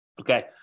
Okay